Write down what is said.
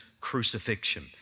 crucifixion